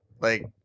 like-